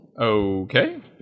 Okay